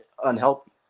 unhealthy